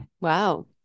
Wow